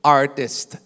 artist